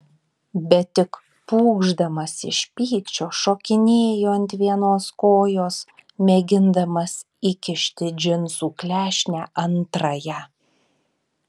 bet tik pūkšdamas iš pykčio šokinėjo ant vienos kojos mėgindamas įkišti į džinsų klešnę antrąją